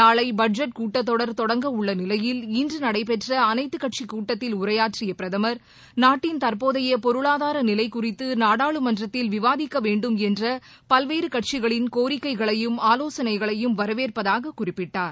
நாளை பட்ஜெட் கூட்டத்தொடர் தொடங்க உள்ள நிலையில் இன்று நடைபெற்ற அனைத்துக் கட்சிக் கூட்டத்தில் உரையாற்றிய பிரதமர் நாட்டின் தற்போதை பொருளாதார நிலை குறித்து நாடாளுமன்றத்தில் விவாதிக்க வேண்டும் என்ற பல்வேறு கட்சிகளின் கோரிக்கைகளையும் ஆலோசனைகளையும் வரவேற்பதாக அவர் குறிப்பிட்டார்